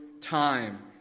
time